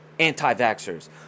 Anti-vaxxers